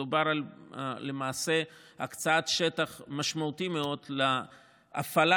מדובר למעשה על הקצאת שטח משמעותי מאוד להפעלה